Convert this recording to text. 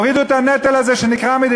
תורידו את כמות המלט מהשק,